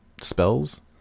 spells